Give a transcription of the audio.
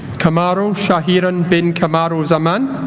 kamarul shahiran bin kamarul zaman